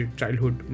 childhood